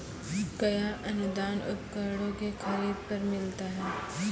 कया अनुदान उपकरणों के खरीद पर मिलता है?